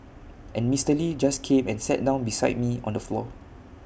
and Mister lee just came and sat down beside me on the floor